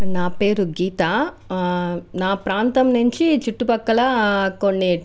నా పేరు గీత నా ప్రాంతం నుంచి చుట్టుపక్కల కొన్ని